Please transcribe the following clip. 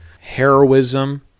heroism